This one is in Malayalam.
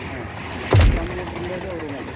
ആ കംപ്യുട്ടറിൻ്റെ ഷോറൂം അല്ലേ